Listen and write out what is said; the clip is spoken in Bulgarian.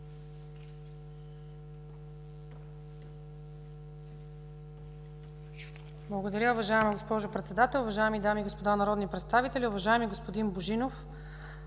Благодаря. Уважаема госпожо Председател, уважаеми дами и господа народни представители, уважаеми господин Антонов!